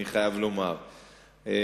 אני חייב לומר ביושר.